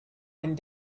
and